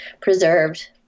preserved